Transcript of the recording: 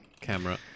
camera